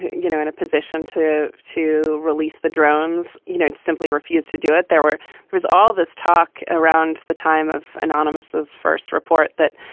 you know, in a position to to release the drones? you know, it's simply refuse to do it. there were there was all this talk around the time of anonymous, this first report that,